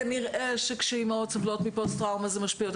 כנראה שכשאימהות סובלות מפוסט-טראומה זה משפיע.